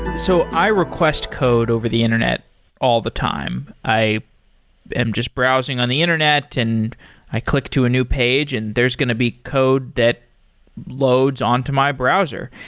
so, i request code over the internet all the time. i am just browsing on the internet and i click to a new page and there's going to be code that loads on to my browser.